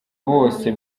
bose